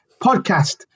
podcast